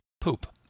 Poop